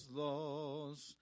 lost